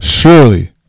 Surely